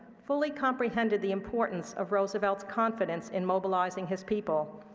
fully comprehended the importance of roosevelt's confidence in mobilizing his people.